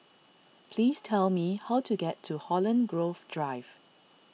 please tell me how to get to Holland Grove Drive